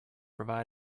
have